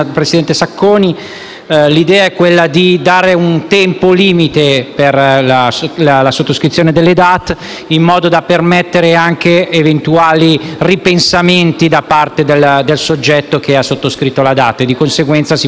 in modo da permettere eventuali ripensamenti da parte del soggetto che ha sottoscritto le DAT stesse. Di conseguenza, è giusto che il tempo sia di due anni e non troppo lungo.